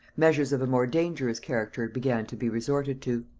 measures of a more dangerous character began to be resorted to.